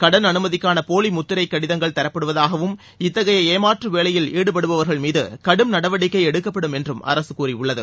கடன் அனுமதிக்கான போலி முத்திரை கடிதங்கள் தரப்படுவதாகவும் இத்தகைய ஏமாற்று வேலையில் ஈடுபடுபவர்கள் மீது கடும் நடவடிக்கை எடுக்கப்படும் என்று அரசு கூறியுள்ளது